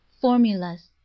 formulas